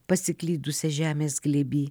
pasiklydusią žemės glėby